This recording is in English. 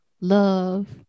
love